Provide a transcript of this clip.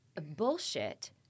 bullshit